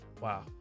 Wow